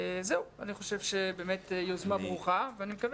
אני חושב שזאת יוזמה ברוכה ואני מקווה